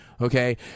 Okay